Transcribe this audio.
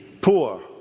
poor